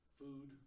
food